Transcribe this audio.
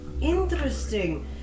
Interesting